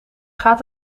gaat